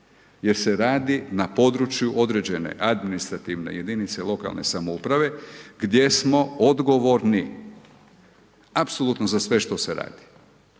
Jer se radi na području određene administrativne jedinice lokalne samouprave, gdje smo odgovorni apsolutno za sve što se radi.